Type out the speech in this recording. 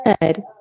Good